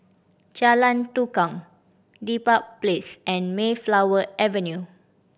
Jalan Tukang Dedap Place and Mayflower Avenue